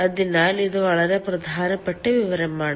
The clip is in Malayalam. അതിനാൽ ഇത് വളരെ പ്രധാനപ്പെട്ട വിവരമാണ്